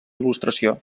il·lustració